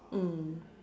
mm